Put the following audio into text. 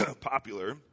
popular